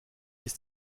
ist